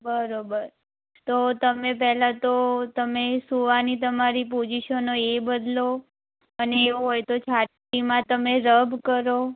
બરોબર તો તમે પેલા તો તમે સુવાની તમારી પોઝિશન હોય એ બદલો અને એવું હોય તો છાતીમાં તમે રબ કરો